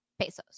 pesos